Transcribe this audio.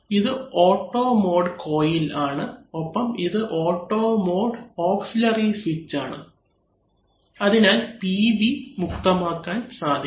ഇത് auto mode coil ആണ് ഒപ്പം ഇത് ഓട്ടോ മോഡ് ഓക്സിലറി സ്വിച്ച് ആണ് അതിനാൽ PB മുക്തമാക്കാൻ സാധിക്കും